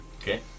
Okay